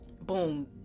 boom